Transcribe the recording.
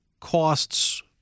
costs